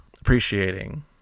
appreciating